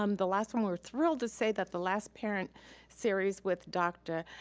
um the last one we were thrilled to say that the last parent series with dr.